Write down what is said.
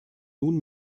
nun